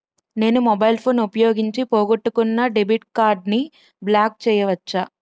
నేను mobile phone ఉపయోగించి పోగొట్టుకున్న డెబిట్ కార్డ్ని బ్లాక్ చేయవచ్చా?